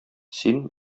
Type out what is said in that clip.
син